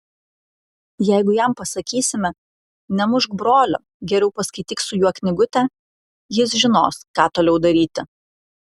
jeigu jam pasakysime nemušk brolio geriau paskaityk su juo knygutę jis žinos ką toliau daryti